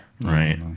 Right